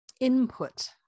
input